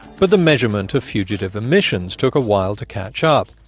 but the measurement of fugitive emissions took a while to catch up.